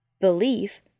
belief